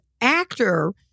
actor